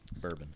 bourbon